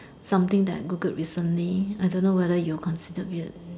something that I Googled recently I don't know whether you will consider weird